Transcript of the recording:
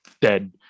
dead